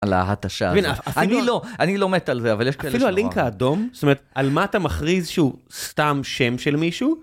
על ההתשה הזאת, אני לא מת על זה, אבל יש כאלה שמעו. אפילו הלינק האדום, זאת אומרת, על מה אתה מכריז שהוא סתם שם של מישהו?